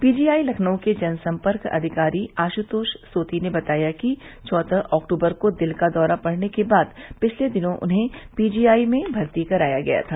PGI Lucknow के जनसम्पर्क अधिकारी आश्तोष सोती ने बताया कि चौदह अक्टूबर को दिल का दौरा पड़ने के बाद पिछले दिनों उन्हें पीजीआई में भर्ती कराया गया था